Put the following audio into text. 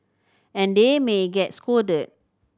and they may get scolded